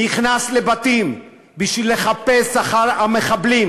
נכנס לבתים בשביל לחפש אחר מחבלים